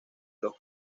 los